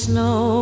Snow